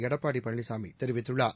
எடப்பாடிபழனிசாமிதெரிவித்துள்ளார்